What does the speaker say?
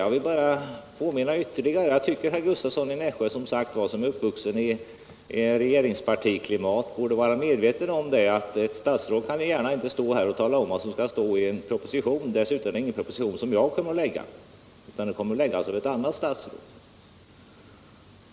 Jag vill bara säga ännu en gång att jag tycker att herr Gustavsson i Nässjö, som är uppvuxen i ett regeringspartis klimat, borde vara medveten om att ett statsråd inte gärna här kan tala om vad som skall stå i en proposition, dessutom i en proposition som kommer att framläggas av ett annat statsråd.